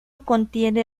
contiene